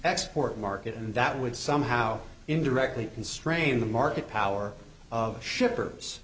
export market and that would somehow indirectly constrain the market power of shipper